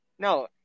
No